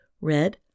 red